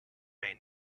may